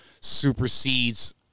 supersedes